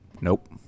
Nope